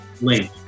link